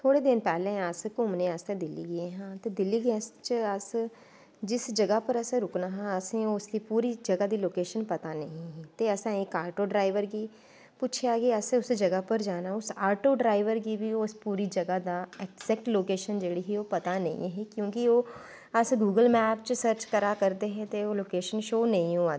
थोह्डे़ दिन पैह्लैं अस घूमनै आस्तै दिल्ली गे हे ते दिल्ली गै अस जिस जगा पर असें रुकना हा असें पूरी जगा दी लोकेशन पता नेंई ही ते असें इक ऑटो डराईवर गी पुच्छेआ कि असैं उस जगा पर जाना उस ऑटो ड्राईवर गी बी उस पूरा जगा दा अगजैक्ट लोकेशन जेह्ड़ी पता नेंई ही क्योंकि ओह् अस गुगल मैप च सर्च करा करदे हे ते ओह् लोकेशन शो नेंई होआ दी ही